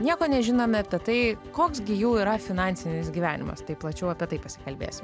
nieko nežinome apie tai koks gi jų yra finansinis gyvenimas tai plačiau apie tai pasikalbėsim